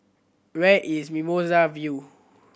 where is Mimosa View